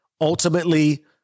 ultimately